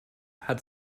hat